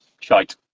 shite